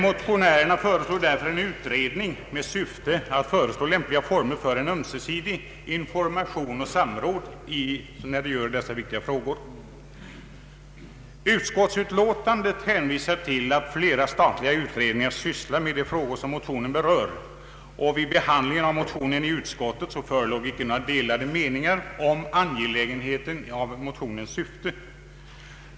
Motionärerna föreslår därför en utredning med syfte att utarbeta lämpliga former för ömsesidig information och samråd i dessa viktiga frågor. Utskottsutlåtandet hänvisar till att flera statliga utredningar sysslar med de frågor som motionen berör. Vid behandlingen av motionen i utskottet förelåg icke delade meningar om angelägenheten av motionens syfte.